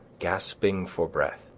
gasping for breath.